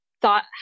thought